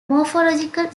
morphological